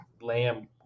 Lamb